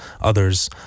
others